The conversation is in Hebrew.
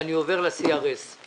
הישיבה נעולה.